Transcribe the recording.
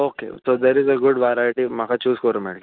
okay so there is good variety म्हाका choose करूंक मेळटले